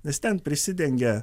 nes ten prisidengia